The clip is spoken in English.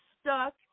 stuck